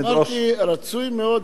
אמרתי, רצוי מאוד.